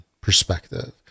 perspective